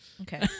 Okay